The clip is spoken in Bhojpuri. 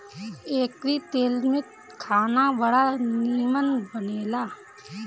एकरी तेल में खाना बड़ा निमन बनेला